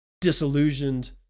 disillusioned